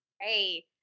Hey